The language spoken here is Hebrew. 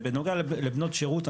בנוגע לבנות שירות,